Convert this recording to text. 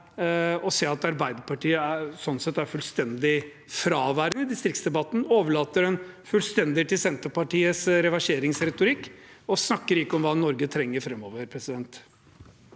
å se at Arbeiderpartiet sånn sett er fullstendig fraværende i distriktsdebatten. De overlater den fullstendig til Senterpartiets reverseringsretorikk – og snakker ikke om hva Norge trenger framover. Eigil